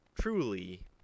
truly